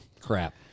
Crap